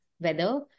weather